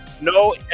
No